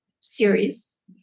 series